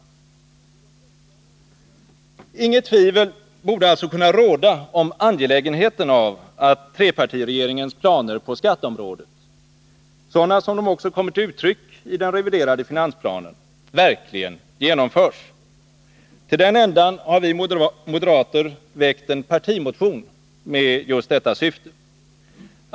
Inget tvivel borde alltså kunna råda om angelägenheten av att trepartiregeringens planer på skatteområdet — sådana som de också kommer till uttryck i den reviderade finansplanen — verkligen genomförs. Till den ändan har vi moderater väckt en partimotion med just detta syfte.